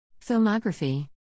Filmography